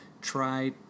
try